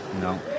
No